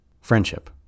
friendship